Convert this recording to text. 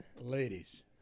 Ladies